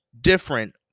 different